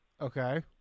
Okay